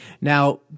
Now